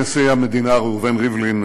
אדוני נשיא המדינה ראובן ריבלין,